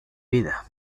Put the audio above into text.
vida